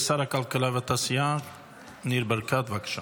שר הכלכלה והתעשייה ניר ברקת, בבקשה.